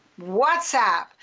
WhatsApp